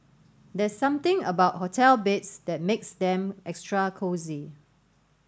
there's something about hotel beds that makes them extra cosy